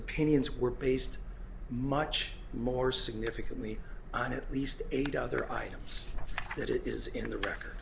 opinions were based much more significantly on at least eight other items that it is in the record